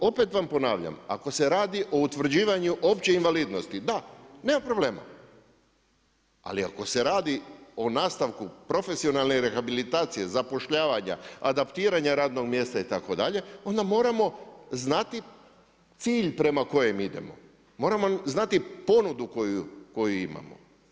Ako opet vam ponavljam, ako se radi o utvrđivanju opće invalidnosti, da, nema problema ali ako se radi o nastavku profesionalne rehabilitacije, zapošljavanja, adaptiranja radnog mjesta itd., onda moramo znati cilj prema kojem idemo, moramo znati ponudu koju imamo.